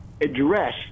address